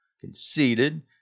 conceded